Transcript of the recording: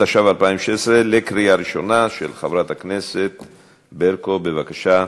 התשע"ו 2016, של חברת הכנסת ברקו, בבקשה.